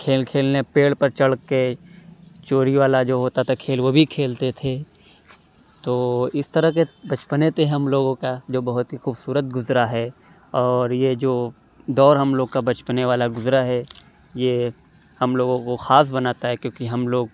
کھیل کھیلنے پیڑ پر چڑھ کے چوری والا جو ہوتا تھا کھیل وہ بھی کھیلتے تھے تو اِس طرح کے بچپنے تھے ہم لوگوں کا جو بہت ہی خوبصورت گُزرا ہے اور یہ جو دور ہم لوگ کا بچپنے والا گُزرا ہے یہ ہم لوگوں کو خاص بناتا ہے کیوں کہ ہم لوگ